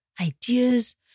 ideas